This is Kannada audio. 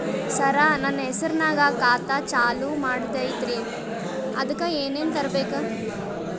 ಸರ, ನನ್ನ ಹೆಸರ್ನಾಗ ಖಾತಾ ಚಾಲು ಮಾಡದೈತ್ರೀ ಅದಕ ಏನನ ತರಬೇಕ?